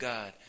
God